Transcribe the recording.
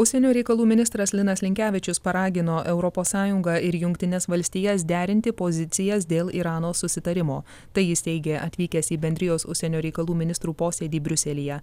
užsienio reikalų ministras linas linkevičius paragino europos sąjungą ir jungtines valstijas derinti pozicijas dėl irano susitarimo tai jis teigė atvykęs į bendrijos užsienio reikalų ministrų posėdį briuselyje